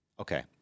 Okay